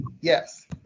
Yes